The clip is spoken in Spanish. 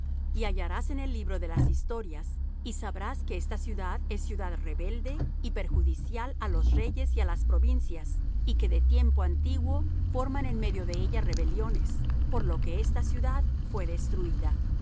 y hallarás en el libro de las historias y sabrás que esta ciudad es ciudad rebelde y perjudicial á los reyes y á las provincias y que de tiempo antiguo forman en medio de ella rebeliones por lo que esta ciudad fué destruída